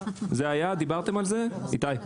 אתם דיברתם על זה, איתי?